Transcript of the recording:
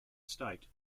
state